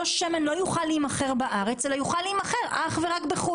שמן לא יוכל להימכר בארץ אלא יוכל להימכר אך ורק בחוץ